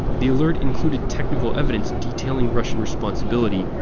the alert includes technical evidence detailing russian responsibility,